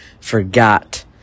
forgot